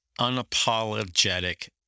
unapologetic